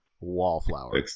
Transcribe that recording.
wallflower